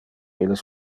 illes